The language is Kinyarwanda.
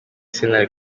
sentare